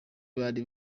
bari